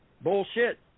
Bullshit